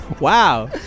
Wow